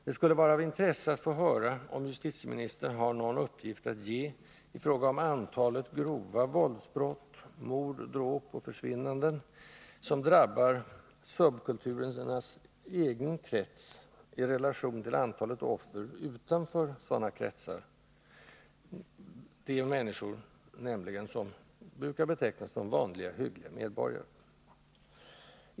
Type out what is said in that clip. Det skulle vara av intresse att få höra om justitieministern har någon uppgift att ge i fråga om antalet grova våldsbrott — mord, dråp, försvinnanden — som drabbar subkulturernas egen krets i relation till antalet offer utanför denna krets, alltså de människor som brukar betecknas som vanliga, hyggliga medborgare.